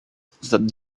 that